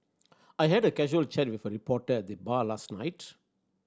I had a casual chat with a reporter at the bar last night